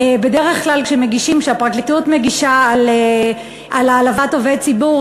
בדרך כלל כשהפרקליטות מגישה על העלבת עובד ציבור,